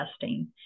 testing